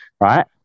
right